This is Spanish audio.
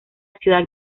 ciudad